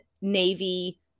Navy